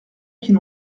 qu’ils